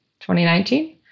2019